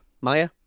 Maya